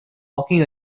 walking